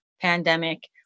pandemic